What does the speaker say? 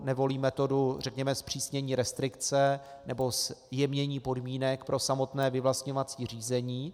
Nevolí metodu, řekněme, zpřísnění restrikce nebo zjemnění podmínek pro samotné vyvlastňovací řízení.